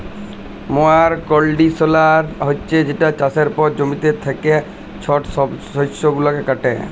ময়ার কল্ডিশলার হছে যেট চাষের পর জমিতে থ্যাকা ছট শস্য গুলাকে কাটে